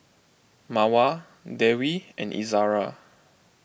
Mawar Dewi and Izara